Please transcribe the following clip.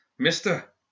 Mister